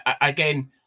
again